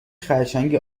خرچنگ